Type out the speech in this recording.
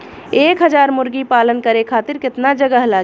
एक हज़ार मुर्गी पालन करे खातिर केतना जगह लागी?